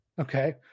okay